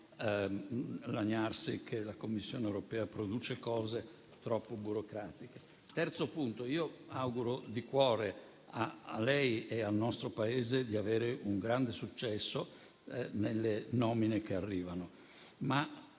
di lagnarsi che la Commissione europea produce cose troppo burocratiche. Terzo punto, io auguro di cuore, a lei e al nostro Paese, di avere un grande successo nelle nomine che arrivano.